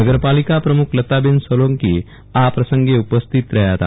નગરપાલિકા પ્રમખ લતાબન સોલંકી આ પ્રસંગે ઉણસ્થિત હતા